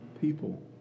people